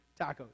tacos